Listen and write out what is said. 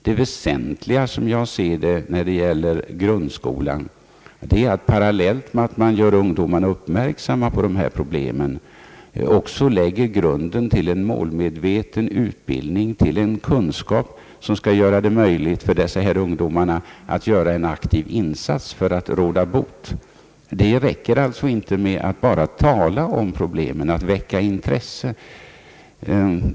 Det väsentligaste när det gäller grundskolan är enligt min uppfattning att man parallellt med att man gör ungdomarna uppmärksamma på dessa problem också lägger grunden till en målmedveten utbildning, till en kunskap som skall göra det möjligt för dessa ungdomar att göra en aktiv insats för att råda bot på vad som är fel. Det räcker alltså inte med att bara tala om problemen, att väcka intresse.